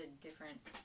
different